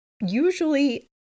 Usually